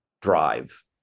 drive